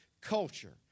culture